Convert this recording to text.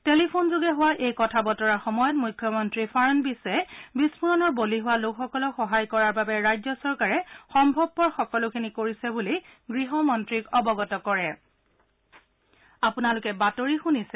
টেলিফোনযোগে হোৱা এই কথাবতৰাৰ সময়ত মুখ্যমন্ত্ৰী ফাড়নবিছে বিস্ফোৰণৰ বলি হোৱা লোকসকলক সহায় কৰাৰ বাবে ৰাজ্য চৰকাৰে সম্ভৱপৰ সকলোখিনি কৰিছে বুলি গৃহমন্ত্ৰীক অৱগত কৰিছে